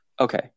Okay